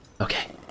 Okay